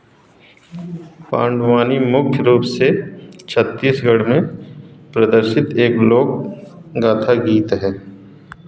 पांडवानी मुख्य रूप से छत्तीसगढ़ में प्रदर्शित एक लोक गाथागीत है